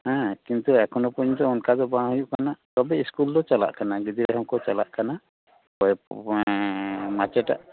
ᱦᱮᱸ ᱠᱤᱱᱛᱩ ᱮᱠᱷᱳᱱᱳ ᱯᱚᱡᱚᱱᱛᱳ ᱚᱱᱠᱟ ᱫᱚ ᱵᱟᱝ ᱦᱩᱭᱩᱜ ᱠᱟᱱᱟ ᱛᱚᱵᱮ ᱤᱥᱠᱩᱞ ᱫᱚ ᱪᱟᱞᱟᱜ ᱠᱟᱱᱟ ᱜᱤᱫᱽᱨᱟᱹ ᱦᱚᱸᱠᱚ ᱪᱟᱞᱟᱜ ᱠᱟᱱᱟ ᱢᱟᱪᱮᱫᱟᱜ